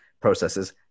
processes